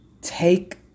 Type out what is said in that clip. take